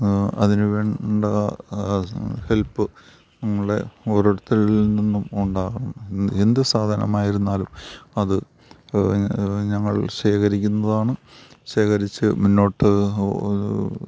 അതിന് വേണ്ട ഹെൽപ്പ് നിങ്ങളെ ഓരോരുത്തരിൽനിന്നും ഉണ്ടാകണം എന്ത് സാധനമായിരുന്നാലും അത് ഞങ്ങൾ ശേഖരിക്കുന്നതാണ് ശേഖരിച്ച് മുന്നോട്ട്